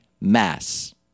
Mass